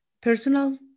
personal